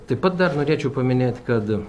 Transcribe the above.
taip pat dar norėčiau paminėt kad